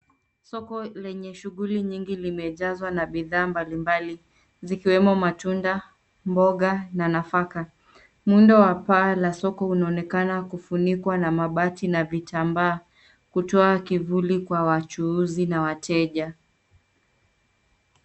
Soko lenye shughuli nyingi zimejazwa na bidhaa mbalimbali zikiwemo matunda, mboga na nafaka. Muundo wa paa ya soko unaonekana kufunikwa na mabati na vitambaa, kutoa kivuli kwa wachuuzi na wateja.